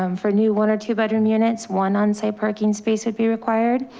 um for new one or two bedroom units. one onsite parking space would be required.